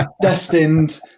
destined